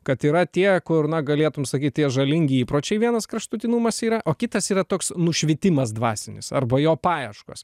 kad yra tie kur na galėtum sakyt tie žalingi įpročiai vienas kraštutinumas yra o kitas yra toks nušvitimas dvasinis arba jo paieškos